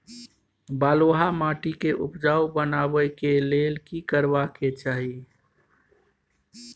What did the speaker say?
बालुहा माटी के उपजाउ बनाबै के लेल की करबा के चाही?